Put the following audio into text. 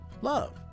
Love